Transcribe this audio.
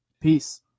peace